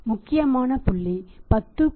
முக்கியமான புள்ளி 10